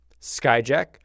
Skyjack